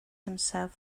himself